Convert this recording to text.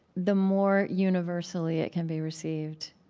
the more universally it can be received,